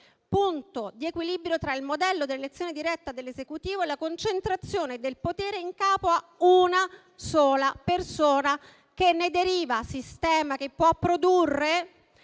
punto di equilibrio tra il modello dell'elezione diretta dell'Esecutivo e la concentrazione del potere in capo a una sola persona. Tale sistema può produrre